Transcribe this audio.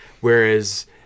whereas